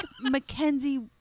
Mackenzie